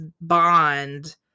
bond